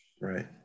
Right